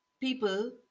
people